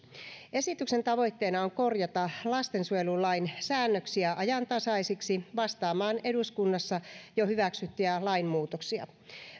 esityksen tavoitteena on korjata lastensuojelulain säännöksiä ajantasaisiksi vastaamaan eduskunnassa jo hyväksyttyjä lainmuutoksia